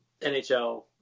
nhl